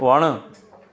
वणु